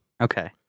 Okay